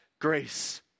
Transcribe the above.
grace